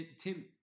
Tim